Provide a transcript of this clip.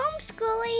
homeschooling